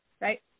right